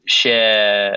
share